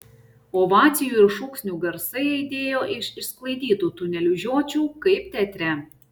ovacijų ir šūksnių garsai aidėjo iš išsklaidytų tunelių žiočių kaip teatre